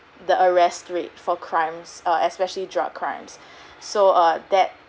the arrest rate for crimes err especially drug crimes so uh that